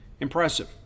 impressive